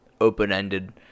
open-ended